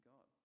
God